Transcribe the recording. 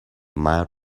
mild